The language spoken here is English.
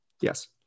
Yes